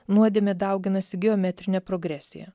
nuodėmė dauginasi geometrine progresija